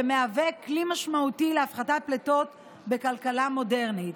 שמהווה כלי משמעותי להפחתת פליטות בכלכלה מודרנית.